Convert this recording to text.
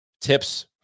tips